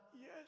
Yes